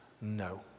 no